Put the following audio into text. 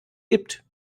gibt